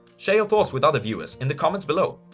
share your thoughts with other viewers in the comments below.